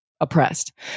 oppressed